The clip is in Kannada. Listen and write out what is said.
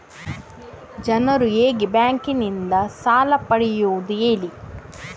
ಜನರು ಹೇಗೆ ಬ್ಯಾಂಕ್ ನಿಂದ ಸಾಲ ಪಡೆಯೋದು ಹೇಳಿ